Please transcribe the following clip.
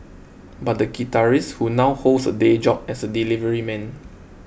but the guitarist who now holds a day job as a delivery man